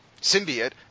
symbiote